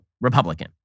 Republican